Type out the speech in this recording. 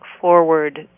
forward